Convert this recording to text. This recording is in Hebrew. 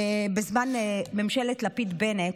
בזמן ממשלת לפיד-בנט,